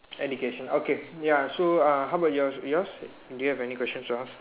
education okay ya so uh how about yours yours do you have any question to ask